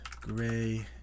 gray